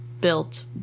built